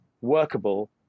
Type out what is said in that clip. workable